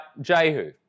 Jehu